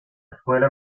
escuela